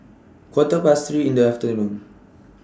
Quarter Past three in The afternoon